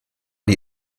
die